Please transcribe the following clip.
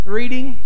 reading